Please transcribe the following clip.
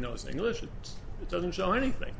knows english it doesn't show anything